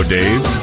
Dave